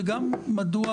וגם מדוע,